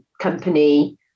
company